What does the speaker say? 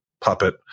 puppet